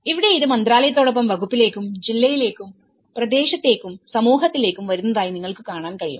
ഇവിടെ ഇത് മന്ത്രാലയത്തോടൊപ്പം വകുപ്പിലേക്കും ജില്ലയിലേക്കും പ്രദേശത്തേക്കും സമൂഹത്തിലേക്കും വരുന്നതായി നിങ്ങൾക്ക് കാണാൻ കഴിയും